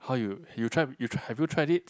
how you you tried you tried have you tried it